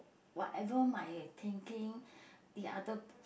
whatever my thinking the other